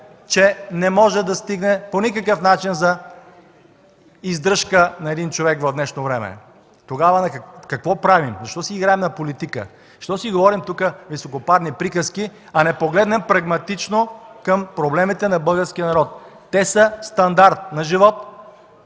не може да стигне за издръжка на един човек в днешно време. Тогава какво правим, защо си играем на политика? Защо си говорим високопарни приказки, а не погледнем прагматично към проблемите на българския народ – те са: стандарт на живот,